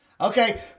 Okay